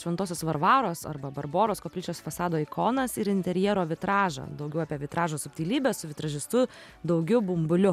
šventosios varvaros arba barboros koplyčios fasado ikonas ir interjero vitražą daugiau apie vitražo subtilybes su vitražistu daugiu bumbuliu